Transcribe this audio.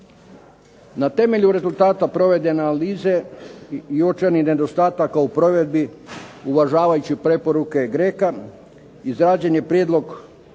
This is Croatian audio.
Na temelju rezultata provedene analize i uočenih nedostataka u provedbi uvažavajući preporuke GREC-a izrađen je prijedlog